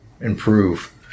improve